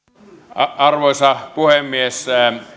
arvoisa puhemies